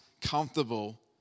comfortable